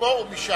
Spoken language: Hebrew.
מפה או משם.